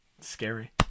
scary